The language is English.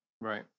Right